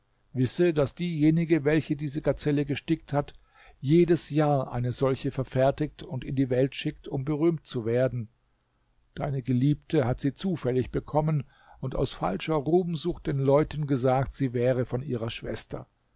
wisse daß diejenige welche diese gazelle gestickt hat jedes jahr eine solche verfertigt und in die welt schickt um berühmt zu werden deine geliebte hat sie zufällig bekommen und aus falscher ruhmsucht den leuten gesagt sie wäre von ihrer schwester